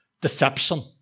deception